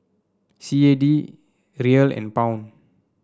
C A D Riel and Pound